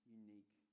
unique